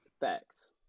facts